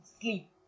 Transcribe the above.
sleep